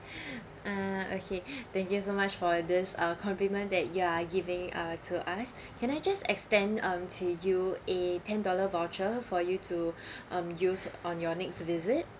uh okay thank you so much for this uh compliment that you are giving uh to us can I just extend um to you a ten dollar voucher for you to um use on your next visit